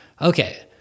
Okay